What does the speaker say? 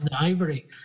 ivory